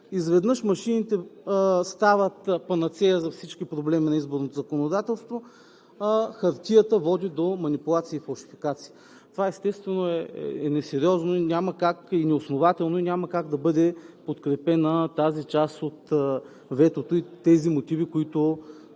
изведнъж машините стават панацея за всички проблеми на изборното законодателство, а хартията води до манипулации и фалшификации. Това, естествено, е несериозно, неоснователно и няма как да бъде подкрепена тази част от ветото и мотивите, които